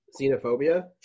Xenophobia